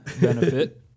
benefit